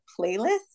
playlist